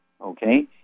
Okay